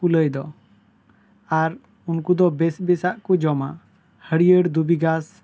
ᱠᱩᱞᱟᱹᱭ ᱫᱚ ᱟᱨ ᱩᱱᱠᱩ ᱫᱚ ᱵᱮᱥ ᱵᱮᱥᱟᱜ ᱠᱚ ᱡᱚᱢᱟ ᱦᱟᱹᱨᱭᱟᱹᱲ ᱫᱷᱩᱵᱤ ᱜᱷᱟᱥ